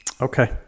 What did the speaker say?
Okay